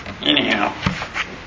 anyhow